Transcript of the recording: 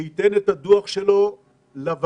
שייתן את הדוח שלו לוועדה.